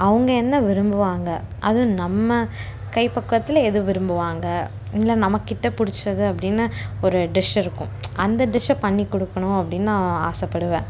அவங்க என்ன விரும்புவாங்க அதுவும் நம்ம கைப்பக்குவத்தில் எது விரும்புவாங்க இல்லை நம்மக்கிட்டே பிடிச்சது அப்படின்னு ஒரு டிஷ்ஷு இருக்கும் அந்த டிஷ்ஷை பண்ணி கொடுக்கணும் அப்படின்னு நான் ஆசைப்படுவேன்